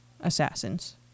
assassins